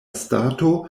stato